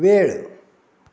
वेळ